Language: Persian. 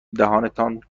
دهانتان